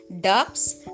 ducks